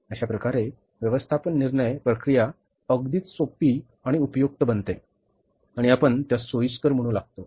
अशा प्रकारे व्यवस्थापन निर्णय प्रक्रिया अगदीच सोपे आणि उपयुक्त बनते आणि आपण त्यास सोयीस्कर म्हणून शकतो